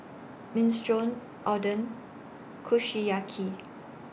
Minestrone Oden Kushiyaki